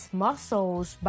muscles